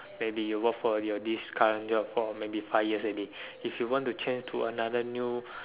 maybe you work for your this current job for maybe five years already if you want to change to another new